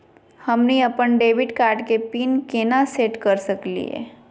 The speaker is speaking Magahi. हमनी अपन डेबिट कार्ड के पीन केना सेट कर सकली हे?